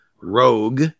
rogue